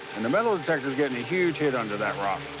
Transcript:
and the metal detector's getting a huge hit under that rock.